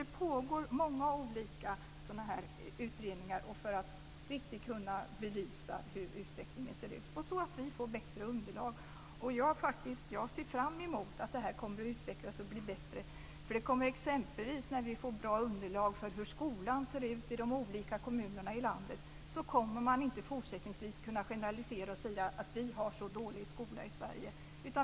Det pågår många olika sådana här utredningar för att riktigt kunna belysa hur utvecklingen ser ut och så att vi får bättre underlag. Jag ser faktiskt fram emot att det här kommer att utvecklas och bli bättre. Exempelvis kommer man när vi får bra underlag för hur skolan ser ut i de olika kommunerna i landet inte att fortsättningsvis kunna generalisera och säga att vi har en så dålig skola i Sverige.